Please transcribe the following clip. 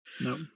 no